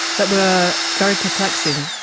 that were very perplexing,